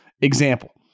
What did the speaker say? example